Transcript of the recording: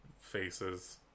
faces